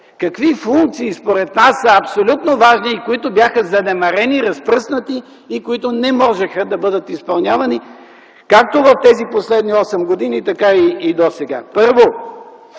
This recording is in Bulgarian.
Какви функции, според нас, са абсолютно важни, които бяха занемарени, разпръснати и които не можеха да бъдат изпълнявани както в тези последни осем години, така и досега. Първо,